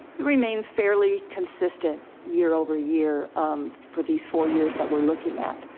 remains fairly consistent year over year for these four years that we're looking at.